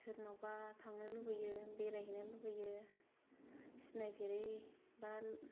सोरनावबा थांनो लुबैयो बेरायहैनो लुबैयो सिनायफेरै बा